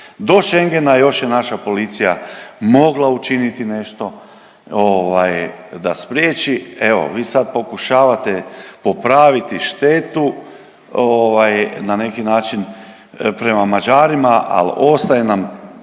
do Schengena još je naša policija mogla učiniti nešto ovaj da spriječi, evo vi sad pokušavate popraviti štetu ovaj na neki način prema Mađarima, al ostaje nam,